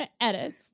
edits